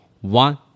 One